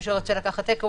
מי שרוצה לקחת טייק אווי,